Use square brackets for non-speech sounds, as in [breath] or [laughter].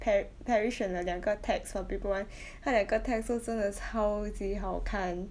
pa~ parish and 了两个 text from paper one [breath] 他两个 text 说真的超级好看